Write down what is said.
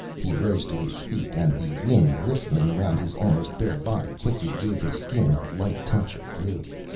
he rose to his feet and the wind whistling around his almost-bare body quickly gave his skin a light touch of blue.